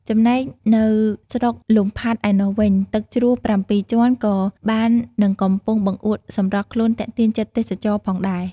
ចំណែកនៅស្រុកលំផាត់ឯណោះវិញ ទឹកជ្រោះប្រាំពីរជាន់ក៏បាននឹងកំពុងបង្អួតសម្រស់ខ្លួនទាក់ទាញចិត្តទេសចរផងដែរ។